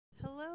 Hello